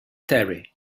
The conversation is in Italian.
terry